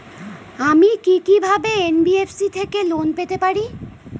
আমি কি কিভাবে এন.বি.এফ.সি থেকে লোন পেতে পারি?